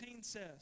says